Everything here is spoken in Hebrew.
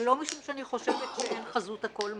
ולא משום שאני חושבת שהן חזות הכול,